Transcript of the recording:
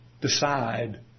decide